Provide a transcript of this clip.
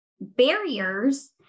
barriers